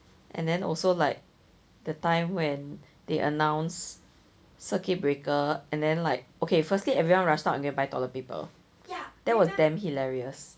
and then also like that time when they announced circuit breaker and then like okay firstly everyone rushed out and go and buy toilet paper that was damn hilarious